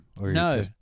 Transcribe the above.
No